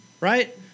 right